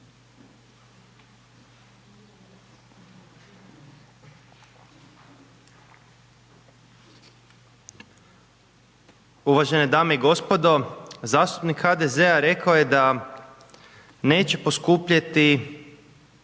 Uvažene dame i gospodo. Zastupnik HDZ-a rekao je da neće poskupjeti